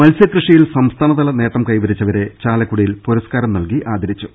മത്സ്യകൃഷിയിൽ സംസ്ഥാനതല നേട്ടം കൈവരിച്ചവരെ ചാലക്കുടിയിൽ പുരസ്കാരം നൽകി ആദരിച്ചു